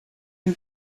and